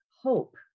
hope